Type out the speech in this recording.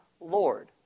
Lord